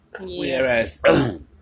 whereas